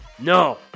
No